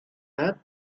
but